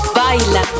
baila